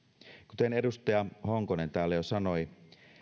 kuten edustaja honkonen täällä jo sanoi